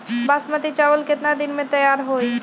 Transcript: बासमती चावल केतना दिन में तयार होई?